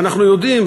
ואנחנו יודעים,